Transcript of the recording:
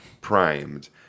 primed